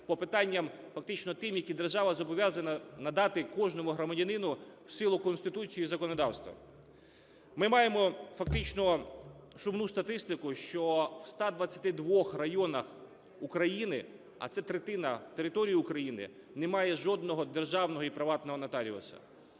по питанням фактично тим, які держава зобов'язана надати кожному громадянину в силу Конституції і законодавства. Ми маємо фактично сумну статистику, що у 122-х районах України, а це третина території України, немає жодного державного і приватного нотаріуса.